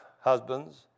husbands